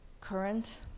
current